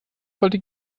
wollte